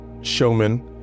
showman